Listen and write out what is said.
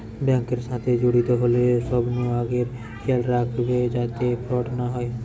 bank এর সাথে জড়িত হলে সবনু আগে খেয়াল রাখবে যাতে ফ্রড না হয়